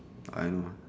I know